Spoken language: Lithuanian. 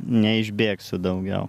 neišbėgsiu daugiau